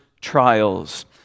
trials